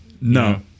No